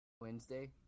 Wednesday